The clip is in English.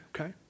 Okay